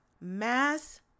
mass